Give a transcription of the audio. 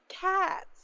cats